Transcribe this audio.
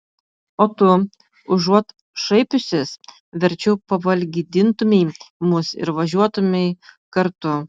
o tu užuot šaipiusis verčiau pavalgydintumei mus ir važiuotumei kartu